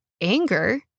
Anger